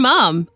Mom